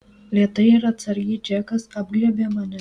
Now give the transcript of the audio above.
lėtai ir atsargiai džekas apglėbia mane